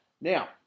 Now